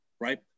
right